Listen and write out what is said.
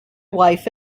wife